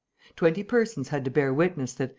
twenty persons had to bear witness that,